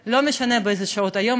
שכבר לא משנה באיזו משעות היום,